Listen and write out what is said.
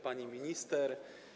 Pani Minister!